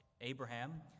Abraham